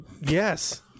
Yes